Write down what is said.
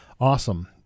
awesome